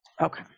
Okay